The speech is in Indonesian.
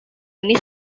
ini